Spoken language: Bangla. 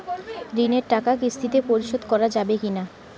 ঋণের টাকা কিস্তিতে পরিশোধ করা যাবে কি না?